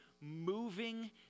moving